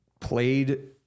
played